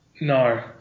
No